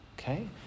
Okay